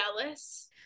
jealous